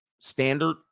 standard